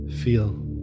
feel